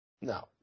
No